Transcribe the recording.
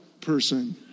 person